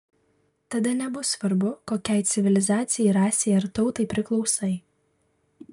tada nebus svarbu kokiai civilizacijai rasei ar tautai priklausai